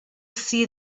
see